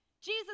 jesus